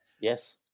Yes